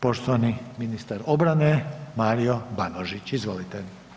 Poštovani ministar obrane, Mario Banožić, izvolite.